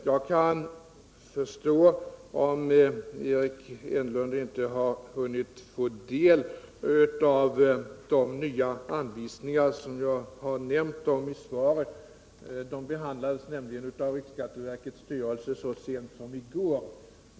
Jag kan förstå om Eric Enlund inte har hunnit få del av de nya anvisningar som jag har omnämnt i svaret. De behandlades nämligen av riksskatteverkets styrelse så sent som i går.